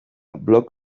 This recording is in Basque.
blog